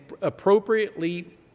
appropriately